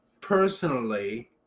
personally